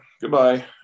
Goodbye